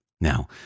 Now